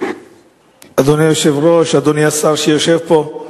אדוני היושב-ראש, אדוני השר שיושב פה,